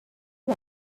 set